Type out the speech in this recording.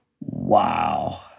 Wow